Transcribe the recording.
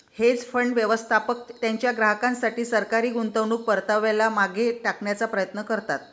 hedge fund, व्यवस्थापक त्यांच्या ग्राहकांसाठी सरासरी गुंतवणूक परताव्याला मागे टाकण्याचा प्रयत्न करतात